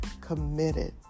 committed